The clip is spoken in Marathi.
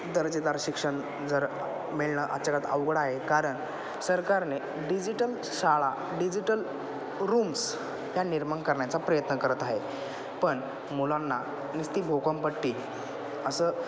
दर्जेदार शिक्षण जर मिळणं आजच्या काळात अवघड आहे कारण सरकारने डिजिटल शाळा डिजिटल रूम्स ह निर्माण करण्याचा प्रयत्न करत आहे पण मुलांना नुसती घोकमपट्टी असं